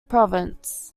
province